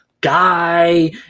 guy